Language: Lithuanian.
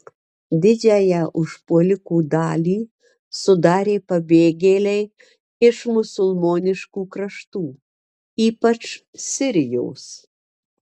didžiąją užpuolikų dalį sudarė pabėgėliai iš musulmoniškų kraštų ypač sirijos